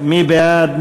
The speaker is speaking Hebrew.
מי בעד?